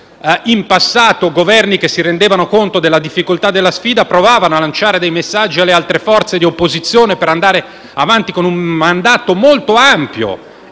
In passato, Governi che si rendevano conto della difficoltà della sfida provavano a lanciare dei messaggi alle altre forze di opposizione per andare avanti con un mandato molto ampio